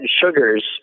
sugars